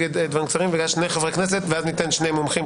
אחריה שני מומחים,